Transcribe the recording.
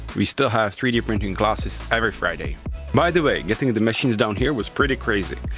we still have three d printing classes every friday by the way, getting the machines down here was pretty crazy.